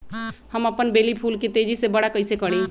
हम अपन बेली फुल के तेज़ी से बरा कईसे करी?